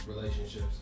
relationships